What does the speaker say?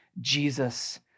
Jesus